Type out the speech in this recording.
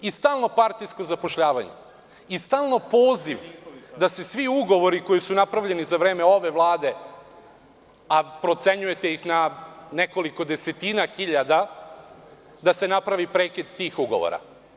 I stalno partijsko zapošljavanje i stalno poziv da se svi ugovori koji su napravljeni za vreme ove Vlade, a procenjujete ih na nekoliko desetina hiljada, da se napravi prekid tih ugovora.